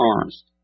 Arms